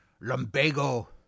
lumbago